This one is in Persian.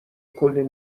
کلی